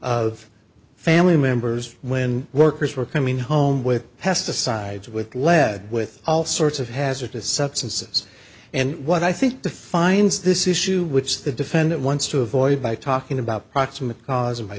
of family members when workers were coming home with pesticides with lead with all sorts of hazardous substances and what i think defines this issue which the defendant wants to avoid by talking about proximate caus